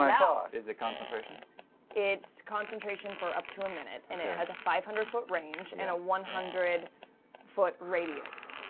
um ah is it concentration? marisha it's concentration for up to a minute, and it has a five hundred foot range, and a one hundred foot radius.